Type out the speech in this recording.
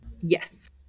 Yes